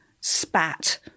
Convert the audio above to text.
spat